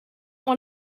want